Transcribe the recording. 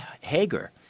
Hager